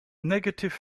negative